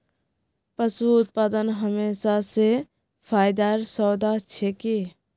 पशू उत्पादन हमेशा स फायदार सौदा छिके